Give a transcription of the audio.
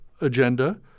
agenda